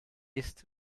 ist